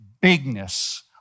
bigness